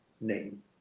name